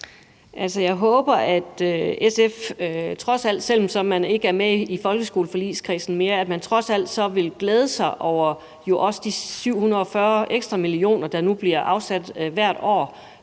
Jeg håber, at SF, selv om man ikke er med i folkeskoleforligskredsen mere, trods alt vil glæde sig over de 740 ekstra millioner, der nu bliver afsat hvert år